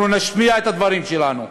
אנחנו נשמיע את הדברים שלנו.